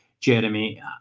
Jeremy